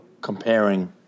comparing